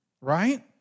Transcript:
right